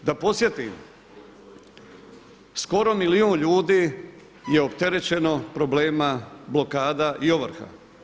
Da podsjetim, skoro milijun ljudi je opterećeno problemima blokada i ovrha.